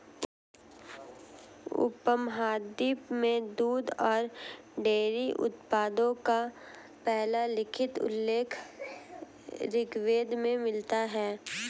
उपमहाद्वीप में दूध और डेयरी उत्पादों का पहला लिखित उल्लेख ऋग्वेद में मिलता है